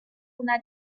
una